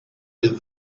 with